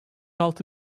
altı